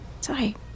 Sorry